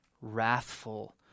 wrathful